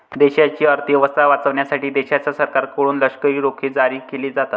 देशाची अर्थ व्यवस्था वाचवण्यासाठी देशाच्या सरकारकडून लष्करी रोखे जारी केले जातात